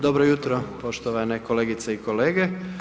Dobro jutro poštovane kolegice i kolege.